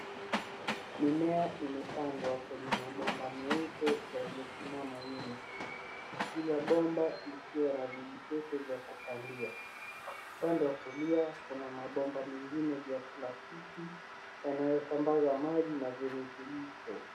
Mimea imepandwa kwenye mabomba meupe yaliyosimama wima. Kila bomba likiwa la vijipete vya kupandia. Upande wa kulia, kuna mabomba mengine vya plastiki yanayosambaza maji na virutubisho.